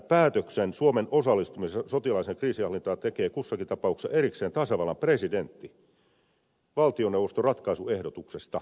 päätöksen suomen osallistumisesta sotilaalliseen kriisinhallintaan tekee kussakin tapauksessa erikseen tasavallan presidentti valtioneuvoston ratkaisuehdotuksesta